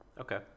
Okay